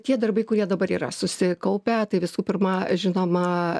tie darbai kurie dabar yra susikaupę tai visų pirma žinoma